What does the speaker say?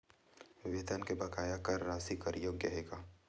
वेतन के बकाया कर राशि कर योग्य हे का?